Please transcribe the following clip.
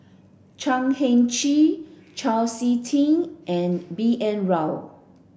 Chan Heng Chee Chau Sik Ting and B N Rao